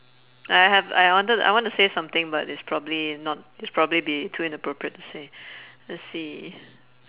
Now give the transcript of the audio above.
I have I wanted I wanna say something but it's probably not it's probably be too inappropriate to say let's see